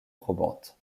probante